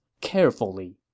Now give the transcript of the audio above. carefully